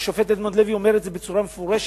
והשופט אדמונד לוי אומר את זה בצורה מפורשת,